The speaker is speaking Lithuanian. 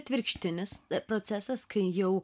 atvirkštinis procesas kai jau